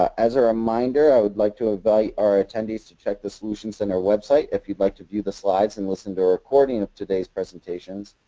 as a reminder, i would like to invite our attendees to check the solution center website if you would like to view the slides and listen to a recording of today's presentations,